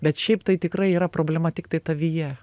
bet šiaip tai tikrai yra problema tiktai tavyje